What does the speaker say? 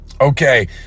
Okay